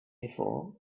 before